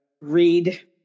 read